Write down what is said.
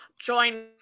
join